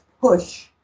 push